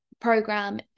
program